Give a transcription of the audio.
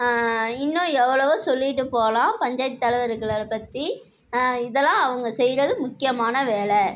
இன்னும் எவ்ளோவோ சொல்லிகிட்டு போகலாம் பஞ்சாயத் தலைவர்களாலர் பற்றி இதெல்லாம் அவங்க செய்கிறது முக்கியமான வேலை